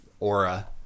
Aura